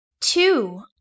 two